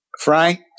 Frank